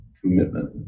commitment